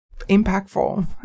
impactful